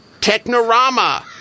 Technorama